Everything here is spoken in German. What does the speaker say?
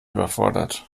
überfordert